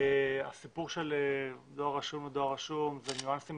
הסיפור של דואר רשום וניואנסים